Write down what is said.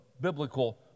biblical